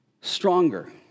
stronger